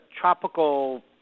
tropical